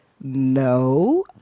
no